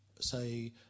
say